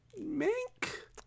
Mink